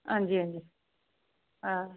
ਹਾਂਜੀ ਹਾਂਜੀ ਹਾਂ